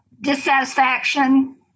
Dissatisfaction